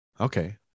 Okay